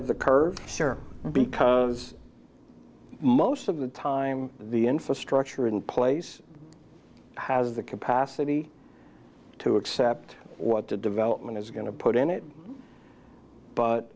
of the curve sure because most of the time the infrastructure in place has the capacity to accept what the development is going to put in it but